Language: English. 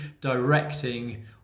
directing